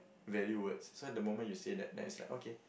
value words so the moment you say that then is like okay